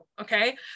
okay